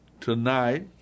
tonight